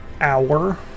hour